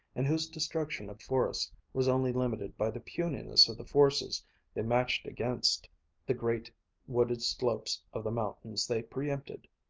and whose destruction of forests was only limited by the puniness of the forces they matched against the great wooded slopes of the mountains they pre-empted.